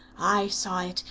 i saw it,